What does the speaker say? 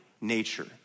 nature